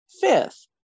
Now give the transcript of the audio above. Fifth